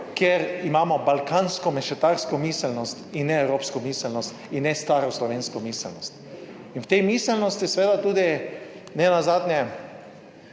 kjer imamo balkansko mešetarsko miselnost in ne evropsko miselnost in ne staro slovensko miselnost. In v tej miselnosti seveda tudi nenazadnje